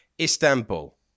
istanbul